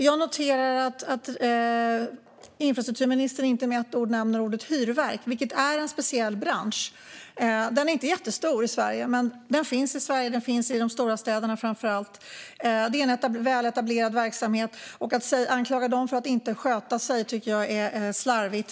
Jag noterar att infrastrukturministern inte med ett ord nämner hyrverk, vilket är en speciell bransch. Den är inte jättestor i Sverige. Men den finns i Sverige, och den finns framför allt i de stora städerna. Det är en väletablerad verksamhet. Att anklaga den för att inte sköta sig är slarvigt.